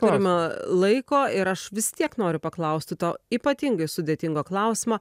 turime laiko ir aš vis tiek noriu paklausti to ypatingai sudėtingo klausimo